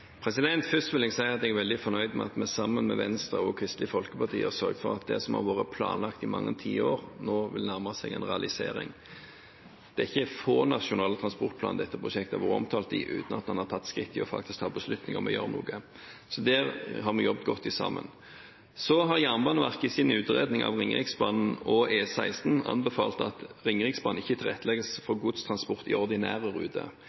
Først vil jeg si at jeg er veldig fornøyd med at vi, sammen med Venstre og Kristelig Folkeparti, har sørget for at det som har vært planlagt i mange tiår, nå vil nærme seg en realisering. Det er ikke få nasjonale transportplaner dette prosjektet har vært omtalt i, uten at man har tatt skrittet og faktisk besluttet å gjøre noe. Så der har vi jobbet godt sammen. Så har Jernbaneverket i sin utredning av Ringeriksbanen og E16 anbefalt at Ringeriksbanen ikke tilrettelegges for godstransport i ordinære ruter.